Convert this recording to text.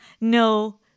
No